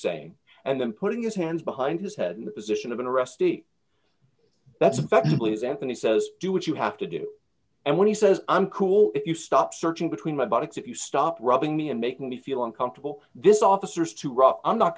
saying and then putting his hands behind his head in the position of an arrestee that's effectively his anthony says d do what you have to do and when he says i'm cool if you stop searching between my buttocks if you stop rubbing me and making me feel uncomfortable this officer is too rough i'm not